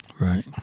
Right